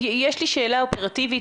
יש לי שאלה אופרטיבית,